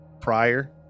prior